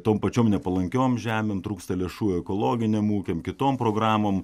tom pačiom nepalankiom žemėm trūksta lėšų ekologiniam ūkiam kitom programom